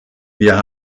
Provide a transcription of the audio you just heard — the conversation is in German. wir